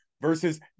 Versus